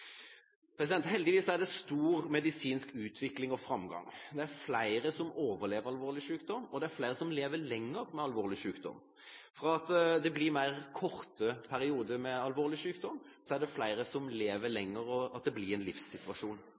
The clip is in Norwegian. Heldigvis er det stor medisinsk utvikling og framgang. Det er flere som overlever alvorlig sykdom, og det er flere som lever lenger med alvorlig sykdom. Fra at det dreide seg om mer kortvarige perioder med alvorlig sykdom, er det nå flere som lever lenger, slik at det blir en livssituasjon.